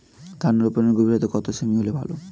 ধান রোপনের গভীরতা কত সেমি হলে ভালো?